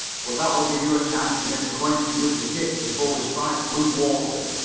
but that will give you a chance to get acquainted with the ship before we strike blue water.